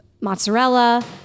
Mozzarella